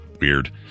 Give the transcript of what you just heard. weird